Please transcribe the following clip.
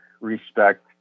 respect